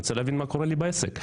כדי להבין מה קורה לי בעסק.